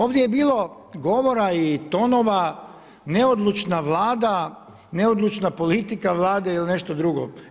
Ovdje je bilo govora i tonova neodlučna vlada, neodlučna politika vlade ili nešto drugo.